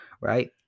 right